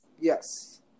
Yes